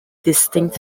distinct